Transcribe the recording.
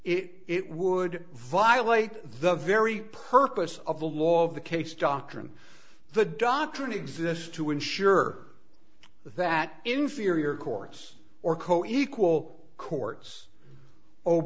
because it would violate the very purpose of the law of the case doctrine the doctrine exists to ensure that inferior courts or co equal courts o